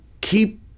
keep